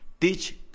teach